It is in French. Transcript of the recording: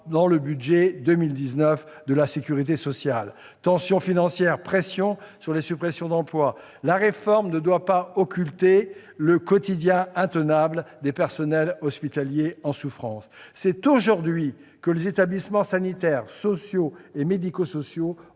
dans le budget 2019 de la sécurité sociale, « le compte n'y est pas ». Tensions financières ou pressions sur les suppressions d'emplois, la réforme ne doit pas occulter le quotidien intenable des personnels hospitaliers en souffrance. C'est aujourd'hui que les établissements sanitaires, sociaux et médico-sociaux